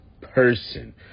person